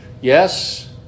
yes